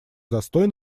застой